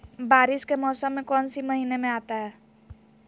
बारिस के मौसम कौन सी महीने में आता है?